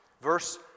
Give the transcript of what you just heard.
Verse